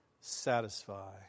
satisfy